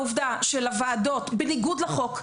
העובדה שלוועדות בניגוד לחוק,